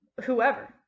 Whoever